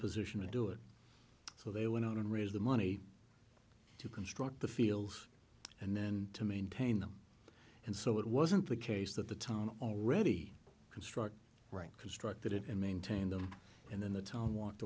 position to do it so they went out and raise the money to construct the fields and then to maintain them and so it wasn't the case that the town already construct constructed and maintain them and then the town walked